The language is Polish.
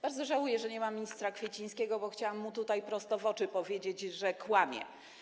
Bardzo żałuję, że nie ma ministra Kwiecińskiego, bo chciałam mu tutaj prosto w oczy powiedzieć, że kłamie.